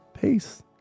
Peace